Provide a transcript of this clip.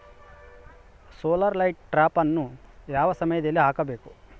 Solar light ಟ್ರಾಪನ್ನು ಯಾವ ಸಮಯದಲ್ಲಿ ಹಾಕಬೇಕು?